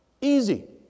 easy